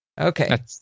Okay